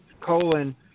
colon